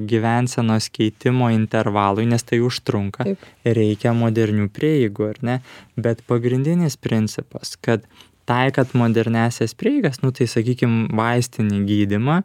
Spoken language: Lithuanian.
gyvensenos keitimo intervalui nes tai užtrunka reikia modernių prieigų ar ne bet pagrindinis principas kad taikant moderniąsias prieigas nu tai sakykim vaistinį gydymą